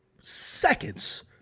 seconds